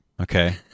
Okay